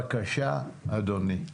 בבקשה אדוני.